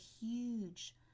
huge